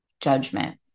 judgment